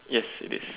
yes it is